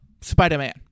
Spider-Man